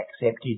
accepted